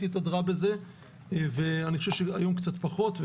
התהדרה בזה ואני חושב שהיום קצת פחות,